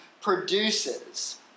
produces